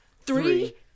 three